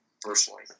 personally